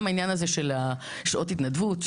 גם העניין הזה של שעות התנדבות.